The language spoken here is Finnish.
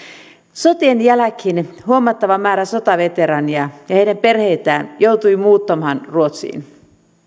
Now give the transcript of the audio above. sotien jälkeen huomattava määrä sotaveteraaneja ja ja heidän perheitään joutui muuttamaan ruotsiin